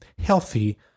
healthy